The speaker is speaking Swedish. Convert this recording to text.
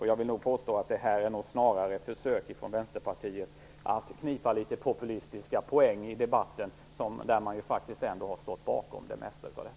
Jag vill nog påstå att detta snarare är ett försök från Vänsterpartiet att knipa litet populistiska poäng i debatten. De har ju faktiskt ändå stått bakom det mesta av detta.